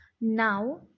Now